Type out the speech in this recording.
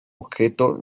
objeto